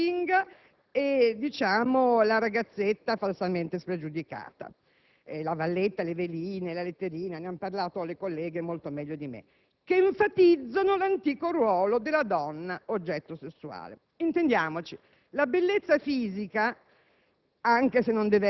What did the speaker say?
la madre casalinga, la ragazzetta falsamente spregiudicata, la valletta, le "veline", le "letterine" - ne hanno parlato altre colleghe molto meglio di me - che enfatizzano l'antico ruolo della donna oggetto sessuale. Intendiamoci: la bellezza fisica,